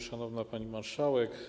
Szanowna Pani Marszałek!